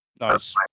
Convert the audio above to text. Nice